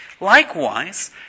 Likewise